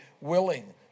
willing